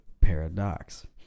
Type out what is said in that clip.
paradox